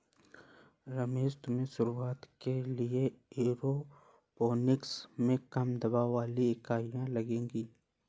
रमेश तुम्हें शुरुआत के लिए एरोपोनिक्स में कम दबाव वाली इकाइयां लगेगी